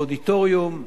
באודיטוריום,